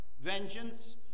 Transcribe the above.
vengeance